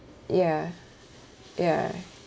ya ya